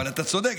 אבל אתה צודק,